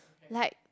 like